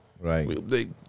Right